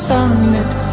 Sunlit